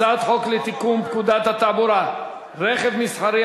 הצעת חוק לתיקון פקודת התעבורה (רכב מסחרי,